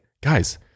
guys